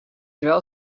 wel